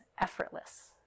effortless